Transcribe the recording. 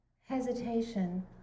hesitation